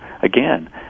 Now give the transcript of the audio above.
again